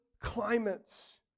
climates